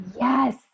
Yes